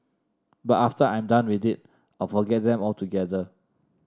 but after I'm done with it I'll forget them altogether